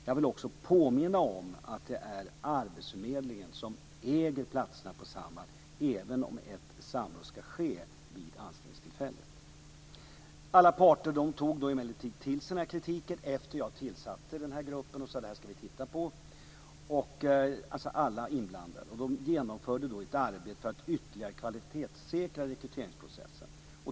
Jag vill också påminna om att det är arbetsförmedlingen som äger platserna på Samhall även om ett samråd ska ske vid anställningstillfället. Efter det att jag tillsatte den här gruppen tog emellertid alla parter, alltså alla inblandade, till sig den här kritiken och sade: Det här ska vi titta på. Och de genomförde då ett arbete för att ytterligare kvalitetssäkra rekryteringsprocessen.